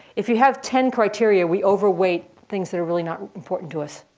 if you have ten criteria, we overweight things that are really not important to us.